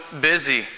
busy